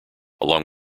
along